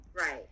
right